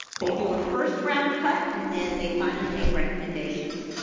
they do a first round cut and then they finally make recommendations.